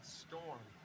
storm